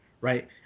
right